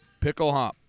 Picklehop